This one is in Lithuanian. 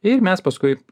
ir mes paskui